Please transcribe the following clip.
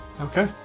Okay